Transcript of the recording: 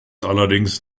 allerdings